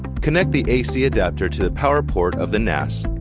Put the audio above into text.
connect the ac adapter to the power port of the nas,